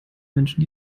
menschen